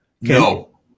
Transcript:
No